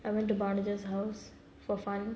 I went to barnagers house for fun